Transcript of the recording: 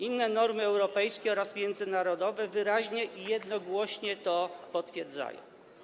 Inne normy europejskie oraz międzynarodowe wyraźnie i jednogłośnie to potwierdzają.